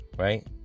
right